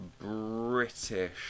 British